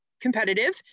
competitive